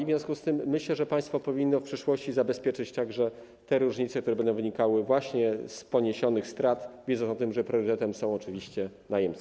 W związku z tym myślę, że państwo powinno w przyszłości zabezpieczyć, wyrównać także różnice, które będą wynikały z poniesionych strat, wiedząc o tym, że priorytetem są oczywiście najemcy.